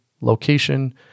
location